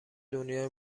دنیای